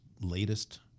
latest